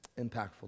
impactful